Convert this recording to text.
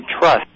trust